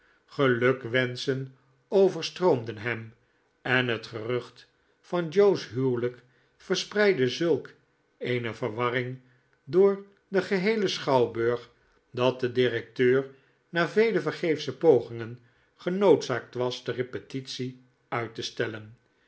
gelukwenschen overstroomden hem en het gerucht van joe's huwelijk verspreide zulk eene verwarring door den geheelen schouwburg dat de directeur na vele vergeefsche pogingen genoodzaakt was de repetitie uit te stellen